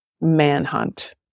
manhunt